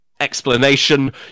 explanation